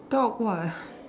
talk what